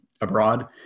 abroad